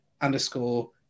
underscore